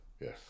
yes